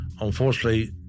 unfortunately